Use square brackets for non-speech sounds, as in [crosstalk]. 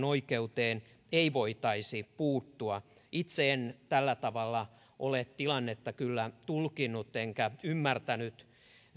[unintelligible] oikeuteen ei voitaisi puuttua itse en tällä tavalla ole tilannetta kyllä tulkinnut enkä ymmärtänyt